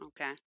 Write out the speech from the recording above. Okay